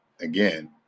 again